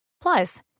Plus